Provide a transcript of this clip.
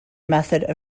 method